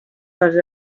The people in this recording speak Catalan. dels